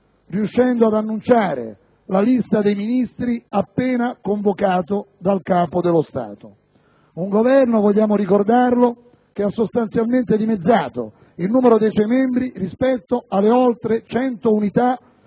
riuscendo ad annunciare la lista dei Ministri appena convocato dal Capo dello Stato. Un Governo, vogliamo ricordarlo, che ha sostanzialmente dimezzato il numero dei suoi membri, rispetto alle oltre 100 unità,